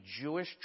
Jewish